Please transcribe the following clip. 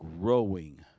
growing